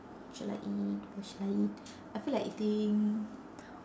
shall I eat what shall I eat I feel like eating